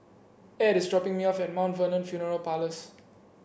add is dropping me off at Mt Vernon Funeral Parlours